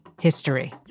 history